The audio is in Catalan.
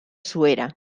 suera